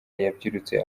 yabyirutse